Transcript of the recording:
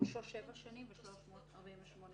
עונשו שבע שנים, ו-348(ג).